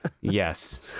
yes